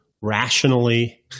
rationally